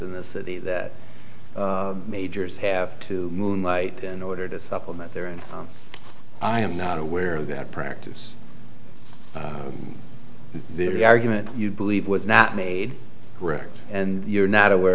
in the city that majors have to moonlight in order to supplement their income i am not aware of that practice their argument you believe was not made correct and you're not aware